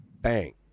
Bang